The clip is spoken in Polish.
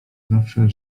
zawsze